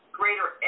greater